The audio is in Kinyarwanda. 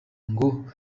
ngo